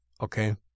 Okay